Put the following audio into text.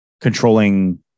controlling